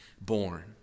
born